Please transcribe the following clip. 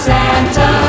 Santa